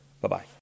Bye-bye